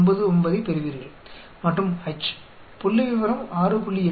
99 ஐப் பெறுவீர்கள் மற்றும் H புள்ளிவிவரம் 6